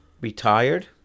retired